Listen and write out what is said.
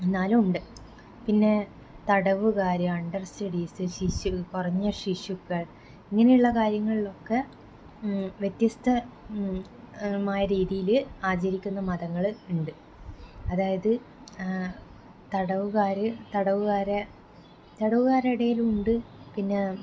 എന്നാലും ഉണ്ട് പിന്നെ തടവുകാര് അണ്ടർ സ്റ്റഡീസ് ശിശു കുറഞ്ഞ ശിശുക്കൾ ഇങ്ങനെയുള്ള കാര്യങ്ങളിലൊക്കെ വ്യത്യസ്ത മായ രീതിയില് ആചരിക്കുന്ന മതങ്ങള് ഉണ്ട് അതായത് തടവുകാര് തടവുകാരെ തടവുകാരുടെ ഇടയിലും ഉണ്ട് പിന്നെ